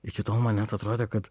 iki tol man net atrodė kad